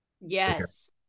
Yes